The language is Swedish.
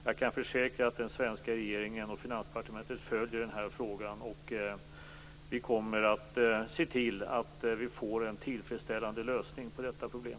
Jag kan försäkra att den svenska regeringen och Finansdepartementet följer denna fråga. Vi kommer att se till att vi får en tillfredsställande lösning på detta problem.